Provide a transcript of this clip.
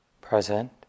present